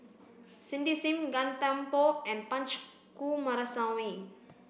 Cindy Sim Gan Thiam Poh and Punch Coomaraswamy